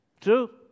True